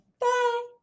bye